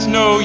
no